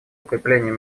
укреплению